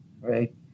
right